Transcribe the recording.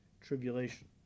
tribulation